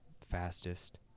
Fastest